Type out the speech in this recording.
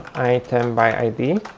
item by id,